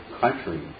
country